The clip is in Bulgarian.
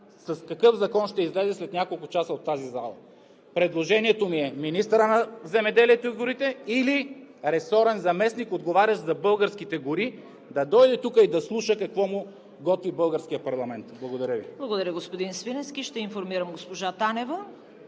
какъв закон ще се излезе след няколко часа от тази зала! Предложението ми е министърът на земеделието, храните и горите или ресорен заместник, отговарящ за българските гори, да дойде тук и да слуша какво му готви българският парламент. Благодаря Ви. ПРЕДСЕДАТЕЛ ЦВЕТА КАРАЯНЧЕВА: Благодаря, господин Свиленски. Ще информирам госпожа Танева.